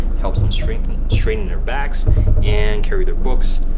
helps them strengthen, straighten their backs and carry their books.